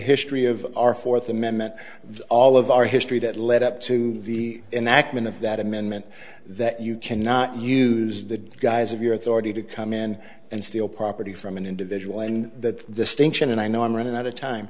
history of our fourth amendment all of our history that led up to the enactment of that amendment that you cannot use the guise of your authority to come in and steal property from an individual and that distinction and i know i'm running out of time